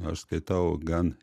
aš skaitau gan